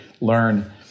learn